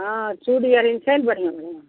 हँ चूरी अरिन छै ने बढिऑं बढिऑं